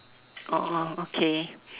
oh oh okay